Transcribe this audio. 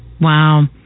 Wow